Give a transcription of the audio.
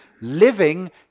living